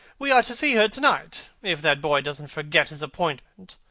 we are to see her to-night, if that boy doesn't forget his appointment.